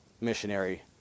missionary